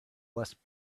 less